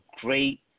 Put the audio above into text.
great